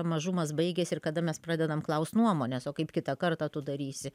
mažumas baigiasi ir kada mes pradedam klaust nuomonės o kaip kitą kartą tu darysi